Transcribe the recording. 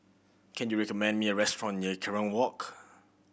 can you recommend me a restaurant near Kerong Walk